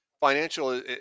financial